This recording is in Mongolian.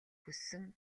хүссэн